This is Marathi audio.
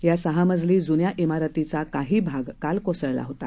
या सहा मजली जुन्या ईमारतीचा काही भाग काल कोसळला होता